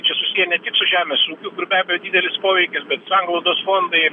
čia susiję ne tik su žemės ūkiu kur be abejo didelis poveikis bet sanglaudos fondai ir